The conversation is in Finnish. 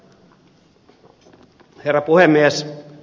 herra puhemies